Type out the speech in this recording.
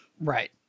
Right